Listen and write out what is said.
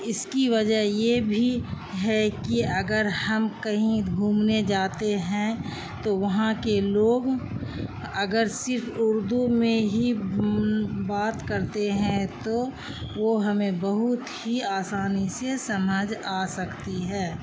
اس کی وجہ یہ بھی ہے کہ اگر ہم کہیں گھومنے جاتے ہیں تو وہاں کے لوگ اگر صرف اردو میں ہی بات کرتے ہیں تو وہ ہمیں بہت ہی آسانی سے سمجھ آ سکتی ہے